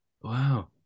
Wow